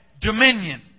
dominion